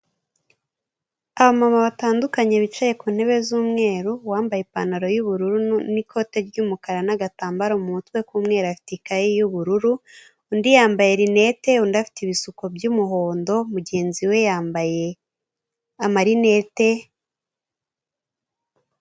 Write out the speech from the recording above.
Abamama batandukanye bicaye ku ntebe z'umweru, uwambaye ipantaro y'ubururu n'ikote ry'umukara n'agatambaro mu mutwe k'umweru afite ikaye y'ubururu, undi yambaye rinete, undi afite ibisuko by'umuhondo, mugenzi we yambaye amarinete